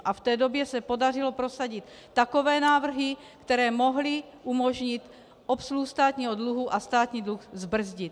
A v té době se podařilo prosadit takové návrhy, které mohly umožnit obsluhu státního dluhu a státní dluh zbrzdit.